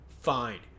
Fine